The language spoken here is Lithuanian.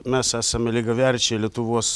mes esame lygiaverčiai lietuvos